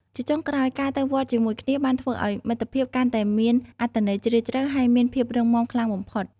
ជាចុងក្រោយ ការទៅវត្តជាមួយគ្នាបានធ្វើឲ្យមិត្តភាពកាន់តែមានអត្ថន័យជ្រាលជ្រៅហើយមានភាពរឹងមាំខ្លាំងបំផុត។